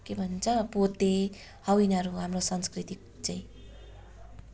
के भन्छ पोते हौ यिनीहरू हो हाम्रो संस्कृति चाहिँ